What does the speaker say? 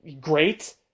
great